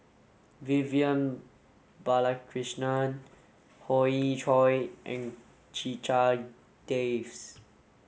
Vivian Balakrishnan Hoey Choo and Checha Davies